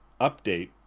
update